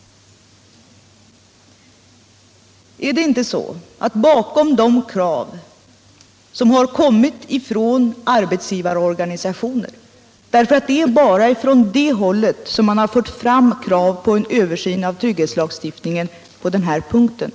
Det är bara arbetsgivarorganisationerna som fört fram kravet på en översyn av trygghetslagstiftningen på den här punkten.